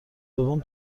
دوم